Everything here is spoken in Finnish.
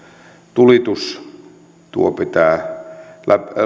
tulitus tuo pitää